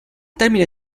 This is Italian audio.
termine